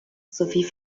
sowie